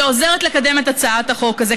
שעוזרת לקדם את הצעת החוק הזאת.